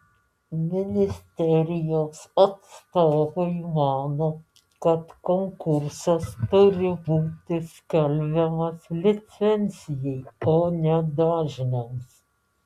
ministerijos atstovai mano kad konkursas turi būti skelbiamas licencijai o ne dažniams